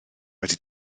wedi